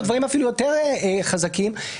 או דברים יותר חזקים אפילו.